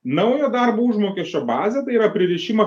naujo darbo užmokesčio bazę tai yra pririšimą